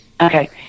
Okay